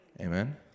amen